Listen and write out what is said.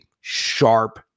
sharp